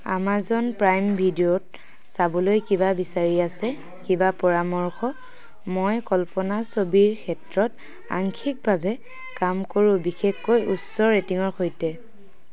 Amazon Prime ভিডিঅ'ত চাবলৈ কিবা বিচাৰি আছে কিবা পৰামৰ্শ মই কল্পনা ছবিৰ ক্ষেত্ৰত আংশিকভাৱে কাম কৰোঁ বিশেষকৈ উচ্চ ৰেটিঙৰ সৈতে